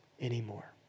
anymore